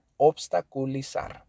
obstaculizar